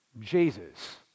Jesus